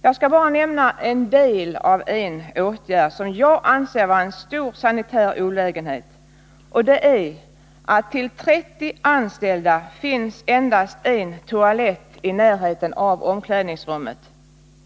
Jag skall bara nämna ett förhållande som jag anser vara en stor sanitär olägenhet: till 30 anställda finns det endast en toalett i närheten av omklädningsrummet.